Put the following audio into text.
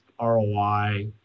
ROI